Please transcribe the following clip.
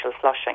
flushing